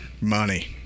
Money